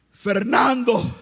Fernando